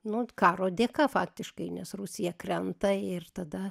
nu karo dėka faktiškai nes rusija krenta ir tada